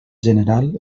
general